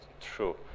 true